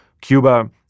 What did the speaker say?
Cuba